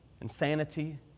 insanity